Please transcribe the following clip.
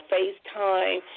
FaceTime